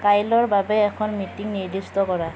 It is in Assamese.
কাইলৈৰ বাবে এখন মিটিং নিৰ্দিষ্ট কৰা